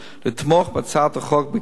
לתמוך בהצעת החוק בקריאה טרומית,